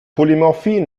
polymorphie